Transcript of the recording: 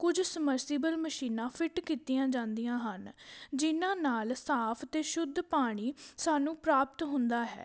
ਕੁਝ ਸਮਰਸੀਬਲ ਮਸ਼ੀਨਾਂ ਫਿੱਟ ਕੀਤੀਆਂ ਜਾਂਦੀਆਂ ਹਨ ਜਿਹਨਾਂ ਨਾਲ ਸਾਫ ਅਤੇ ਸ਼ੁੱਧ ਪਾਣੀ ਸਾਨੂੰ ਪ੍ਰਾਪਤ ਹੁੰਦਾ ਹੈ